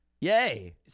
Yay